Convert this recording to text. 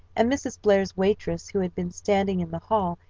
and mrs. blair's waitress, who had been standing in the hall,